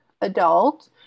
adult